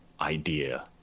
idea